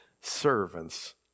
servant's